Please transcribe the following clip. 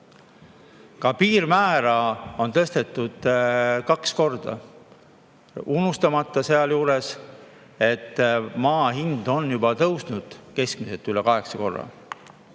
Ka piirmäära on tõstetud kaks korda. Unustamata sealjuures, et maa hind on juba tõusnud keskmiselt üle kaheksa korra.